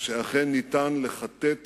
שאכן אפשר לכתת